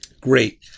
Great